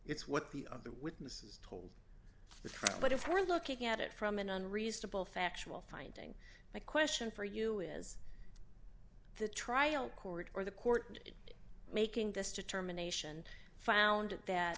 it's what the other witnesses told the truth but if we're looking at it from an unreasonable factual finding my question for you is the trial court or the court making this determination found that